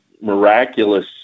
miraculous